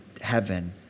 heaven